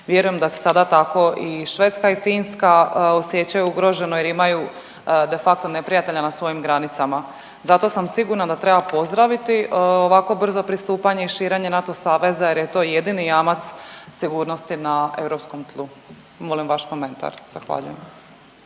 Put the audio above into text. Vjerujem da se sada tako i Švedska i Finska osjećaju ugroženo jer imaju de facto neprijatelja na svojim granicama. Zato sam sigurna da treba pozdraviti ovako brzo pristupanje i širenje NATO saveza jer je to jedini jamac sigurnosti na europskom tlu. Molim vaš komentar. Zahvaljujem.